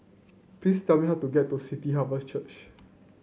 please tell me how to get to City Harvest Church